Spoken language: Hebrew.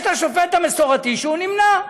יש השופט המסורתי, שנמנע.